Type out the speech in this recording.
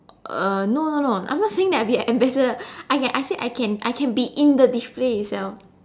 uh no no no I'm not saying that I'll be a ambassador I can I said I can I can be in the display itself